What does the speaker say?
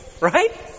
Right